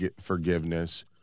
forgiveness